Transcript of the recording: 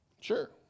Sure